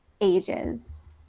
ages